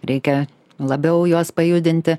reikia labiau juos pajudinti